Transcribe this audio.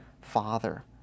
father